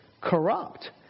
corrupt